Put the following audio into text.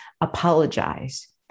apologize